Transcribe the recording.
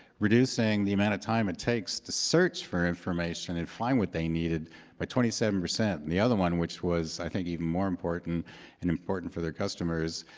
reducing the amount of time it takes to search for information and find what they needed by twenty seven. and the other one, which was i think even more important and important for their customers,